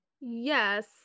yes